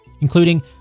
including